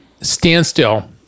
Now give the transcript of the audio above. standstill